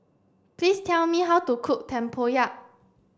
please tell me how to cook Tempoyak